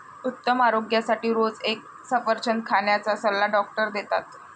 उत्तम आरोग्यासाठी रोज एक सफरचंद खाण्याचा सल्ला डॉक्टर देतात